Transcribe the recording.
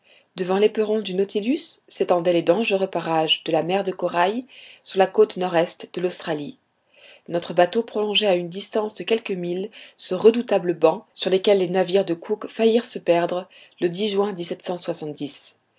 devant l'éperon du nautilus s'étendaient les dangereux parages de la mer de corail sur la côte nord-est de l'australie notre bateau prolongeait à une distance de quelques milles ce redoutable banc sur lequel les navires de cook faillirent se perdre le juin